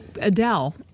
Adele